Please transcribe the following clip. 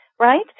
right